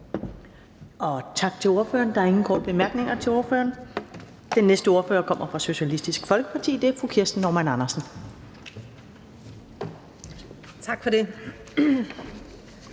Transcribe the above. Tak til ordføreren. Der er ingen korte bemærkninger til ordføreren. Den næste ordfører kommer fra Socialistisk Folkeparti. Det er fru Kirsten Normann Andersen. Kl.